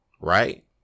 Right